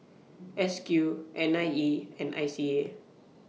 S Q N I E and I C A